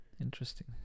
Interesting